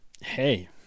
Hey